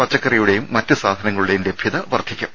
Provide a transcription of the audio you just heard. പച്ചക്കറിയുടെയും മറ്റ് സാധനങ്ങളുടെയും ലഭ്യത വർദ്ധിക്കും